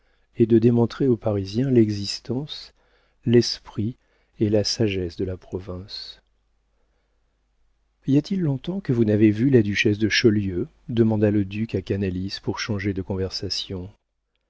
est de démontrer aux parisiens l'existence l'esprit et la sagesse de la province y a-t-il longtemps que vous n'avez vu la duchesse de chaulieu demanda le duc à canalis pour changer de conversation